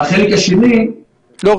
והחלק השני מבוצע --- לא.